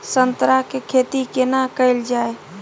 संतरा के खेती केना कैल जाय?